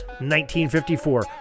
1954